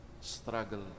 struggle